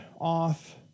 off